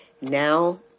now